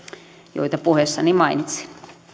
joita puheessani mainitsin